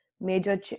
major